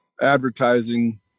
advertising